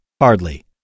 Hardly